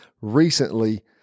recently